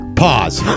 pause